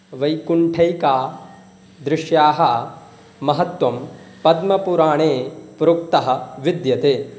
वैकुण्ठे काः दृश्याः महत्त्वं पद्मपुराणे प्रोक्तः विद्यते